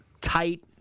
tight